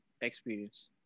experience